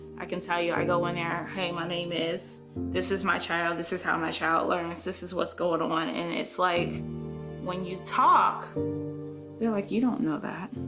i can tell you i go in there hey my name is this is my child this is how my child learns this is what's going on and it's like when you talk they're like you don't know that,